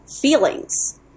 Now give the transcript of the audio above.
feelings